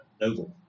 Noble